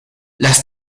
las